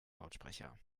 lautsprecher